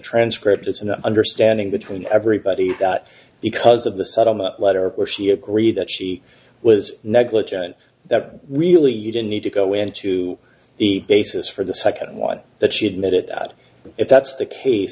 transcript is an understanding between everybody because of the settlement letter where she agreed that she was negligent that really you didn't need to go into the basis for the second one that she had met at that if that's the case